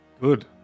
Good